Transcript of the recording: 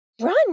Run